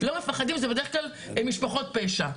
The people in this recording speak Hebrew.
לא מפחדים זה בדרך כלל משפחות פשע.